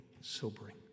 sobering